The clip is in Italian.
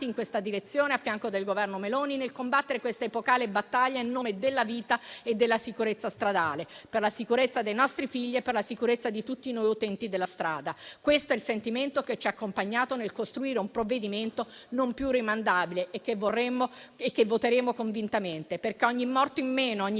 in questa direzione, al fianco del Governo Meloni, nel combattere questa epocale battaglia in nome della vita e della sicurezza stradale, per la sicurezza dei nostri figli e per la sicurezza di tutti noi utenti della strada. Questo è il sentimento che ci ha accompagnato nel costruire un provvedimento non più rinviabile e che voteremo convintamente. Ogni morto in meno, ogni